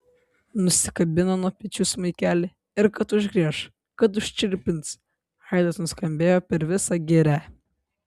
nusikabino nuo pečių smuikelį ir kad užgrieš kad užčirpins aidas nuskambėjo per visą girią